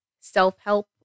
self-help